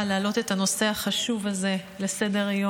להעלות את הנושא החשוב הזה לסדר-היום.